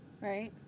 Right